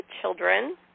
children